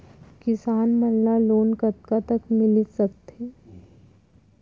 किसान मन ला लोन कतका तक मिलिस सकथे?